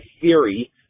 theory